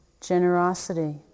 generosity